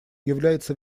является